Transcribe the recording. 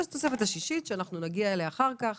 אנחנו נגיע אחר כך